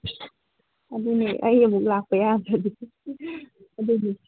ꯑꯗꯨꯅꯦ ꯑꯩ ꯑꯃꯨꯛ ꯂꯥꯛꯄ ꯌꯥꯗ꯭ꯔꯒꯗꯤ ꯑꯗꯨꯅꯤ